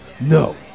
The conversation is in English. No